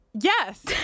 Yes